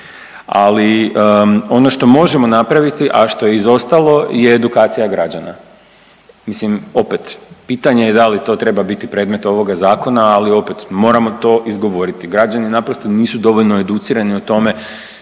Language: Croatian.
ali ono što možemo napraviti a što je izostalo je edukacija građana. Mislim opet pitanje je da li to treba biti predmet ovoga zakona ali opet moramo to izgovoriti. Građani naprosto nisu dovoljno educirani o tome